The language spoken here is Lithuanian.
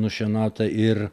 nušienauta ir